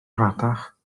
rhatach